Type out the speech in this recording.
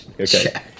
Okay